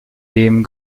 dem